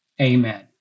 Amen